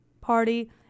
party